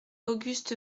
auguste